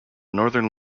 northern